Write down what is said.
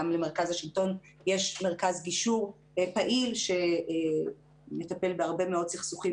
למרכז השלטון המקומי יש מרכז גישור פעיל שמטפל בהרבה מאוד סכסוכים,